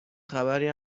خبری